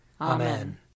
Amen